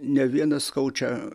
ne vieną skaudžią